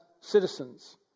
citizens